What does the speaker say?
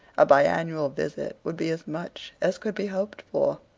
a bi-annual visit would be as much as could be hoped for.